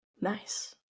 Nice